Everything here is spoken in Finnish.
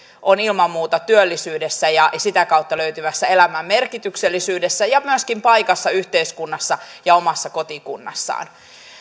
on ilman muuta työllisyydessä ja sitä kautta löytyvässä elämän merkityksellisyydessä ja myöskin paikassa yhteiskunnassa ja omassa kotikunnassaan